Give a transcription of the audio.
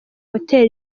hotel